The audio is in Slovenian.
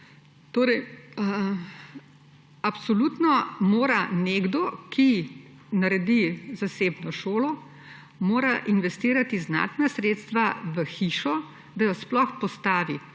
Torej, absolutno mora nekdo, ki naredi zasebno šolo, investirati znatna sredstva v hišo, da jo sploh postavi.